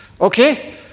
Okay